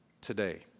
today